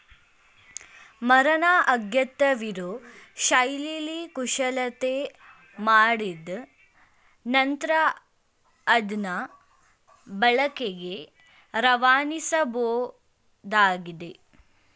ಮರನ ಅಗತ್ಯವಿರೋ ಶೈಲಿಲಿ ಕುಶಲತೆ ಮಾಡಿದ್ ನಂತ್ರ ಅದ್ನ ಬಳಕೆಗೆ ರವಾನಿಸಬೋದಾಗಿದೆ